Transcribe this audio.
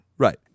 Right